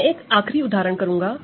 मैं एक आखिरी उदाहरण करूंगा